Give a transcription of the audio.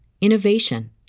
innovation